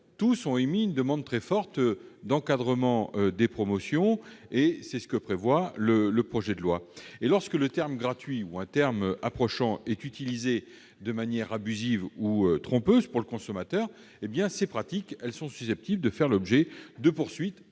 toutes ont formulé une demande très forte d'encadrement des promotions, ce que prévoit le projet de loi. Ainsi, lorsque le terme « gratuit » ou un terme approchant est utilisé de manière abusive ou trompeuse pour le consommateur, ces pratiques sont susceptibles de faire l'objet de poursuites,